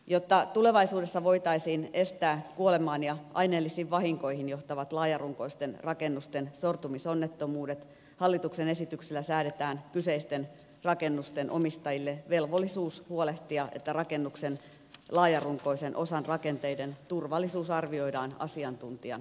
jotta tulevaisuudessa voitaisiin estää kuolemaan ja aineellisiin vahinkoihin johtavat laajarunkoisten rakennusten sortumisonnettomuudet hallituksen esityksellä säädetään kyseisten rakennusten omistajille velvollisuus huolehtia että rakennuksen laajarunkoisen osan rakenteiden turvallisuus arvioidaan asiantuntijan toimesta